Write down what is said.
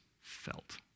felt